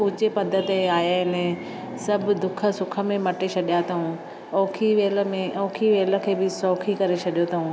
ऊचे पद ते आया आहिनि ऐं सभु दुख सुख में मटे छॾियां अथऊं औखी वेल में औखी वेल खे बि सौखी करे छॾियां अथऊं